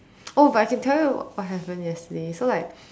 oh but I can tell you what happened yesterday so like